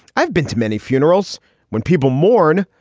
i've been to many funerals when people mourn.